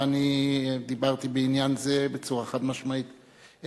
ואני דיברתי בעניין זה בצורה חד-משמעית.